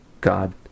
God